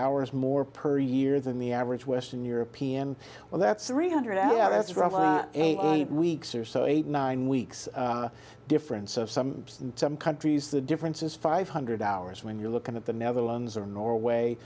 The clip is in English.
hours more per year than the average western european well that's three hundred out as rough weeks or so eight nine weeks difference of some some countries the difference is five hundred hours when you're looking at the netherlands or norway